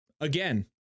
Again